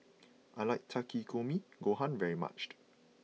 I like Takikomi Gohan very much